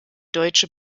deutsche